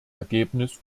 ergebnis